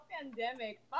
pandemic